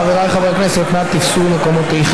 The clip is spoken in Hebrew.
חבריי חברי הכנסת, נא תפסו מקומותיכם.